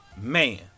Man